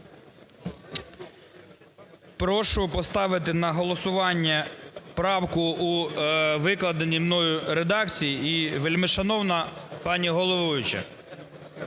Прошу поставити на голосування правку у викладеній мною редакції. І, вельмишановна пані головуюча,